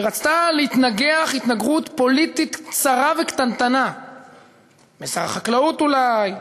שרצתה להתנגח התנגחות פוליטית צרה וקטנטנה בשר החקלאות אולי,